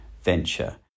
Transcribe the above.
venture